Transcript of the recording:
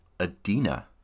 Adina